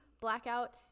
blackout